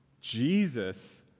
Jesus